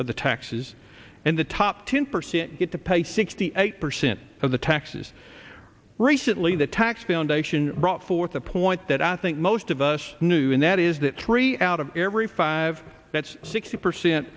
of the taxes and the top ten percent get to pay sixty eight percent of the taxes recently the tax foundation brought forth a point that i think most of us knew and that is that three out of every five that's sixty percent